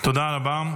תודה רבה.